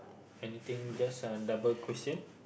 anything just uh double question